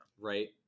right